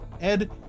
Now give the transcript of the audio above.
Ed